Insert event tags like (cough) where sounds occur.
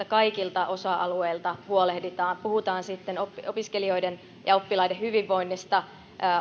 (unintelligible) kaikilla osa alueilla huolehditaan puhutaan sitten opiskelijoiden ja oppilaiden hyvinvoinnista